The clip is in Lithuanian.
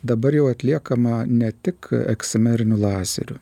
dabar jau atliekama ne tik eksimerniu lazeriu